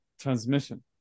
transmission